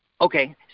Okay